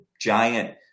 giant